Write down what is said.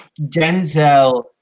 Denzel